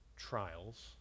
Trials